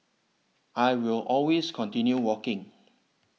I will always continue walking